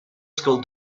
school